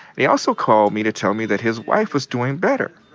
he also called me to tell me that his wife was doing better.